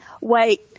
Wait